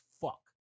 fuck